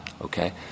okay